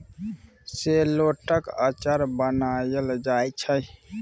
शेलौटक अचार बनाएल जाइ छै